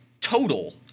total